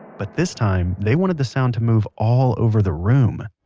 but this time they wanted the sound to move all over the room,